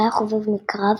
שהיה חובב מקרא,